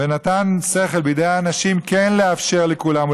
ונתן שכל בידי האנשים כן לאפשר לכולם,